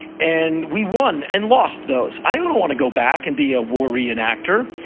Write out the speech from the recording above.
and we won and lost those. i don't want to go back and be a war reenactor.